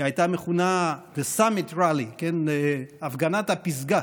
היא הייתה מכונה The Summit Rally, הפגנת הפסגה,